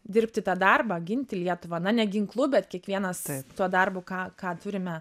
dirbti tą darbą ginti lietuvą na ne ginklu bet kiekvienas tuo darbu ką ką turime